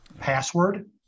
password